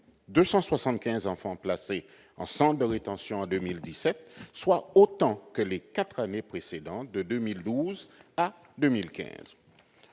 275 enfants ont été placés en centre de rétention en 2017, soit autant que les quatre années précédentes, de 2012 à 2015.